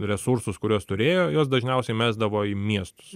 resursus kuriuos turėjo juos dažniausiai mesdavo į miestus